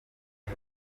ejo